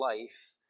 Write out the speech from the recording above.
life